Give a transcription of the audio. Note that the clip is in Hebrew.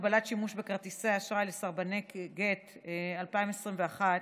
הגבלת שימוש בכרטיסי אשראי לסרבני גט) התשפ"ב 2021,